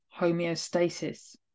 homeostasis